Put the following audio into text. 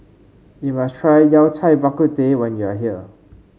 you must try Yao Cai Bak Kut Teh when you are here